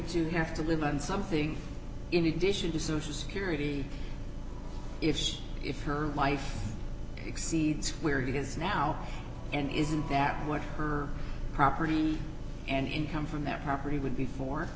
to have to live on something in addition to social security if she if her life exceeds where it is now and isn't that what her property and income from that property would be for